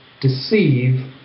deceive